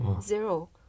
zero